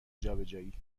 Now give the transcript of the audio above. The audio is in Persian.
جابجایی